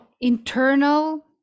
internal